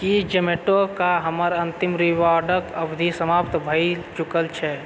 की Zomato कऽ हमर अन्तिम रिवार्डके अवधि समाप्त भए चुकल छै